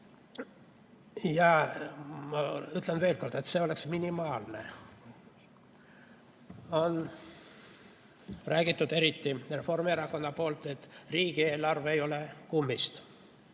Ma ütlen veel kord, et see oleks minimaalne. On räägitud, eriti Reformierakond on rääkinud, et riigieelarve ei ole kummist,